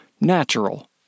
natural